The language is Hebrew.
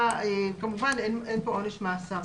כמובן אין פה עונש מאסר.